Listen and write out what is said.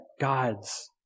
God's